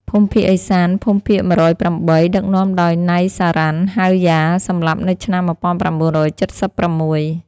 ភូមិភាគឦសាន (ភូមិភាគ១០៨) ដឹកនាំដោយ ណៃ សារ៉ាន់ ហៅ យ៉ា (សម្លាប់នៅឆ្នាំ១៩៧៦)។